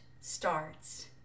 starts